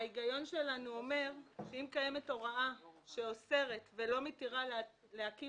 ההיגיון שלנו אומר שאם קיימת הוראה שאוסרת ולא מתירה להקים